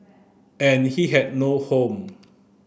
and he had no home